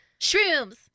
shrooms